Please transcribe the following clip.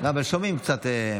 שומעים קצת.